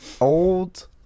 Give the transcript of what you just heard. Old